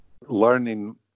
learning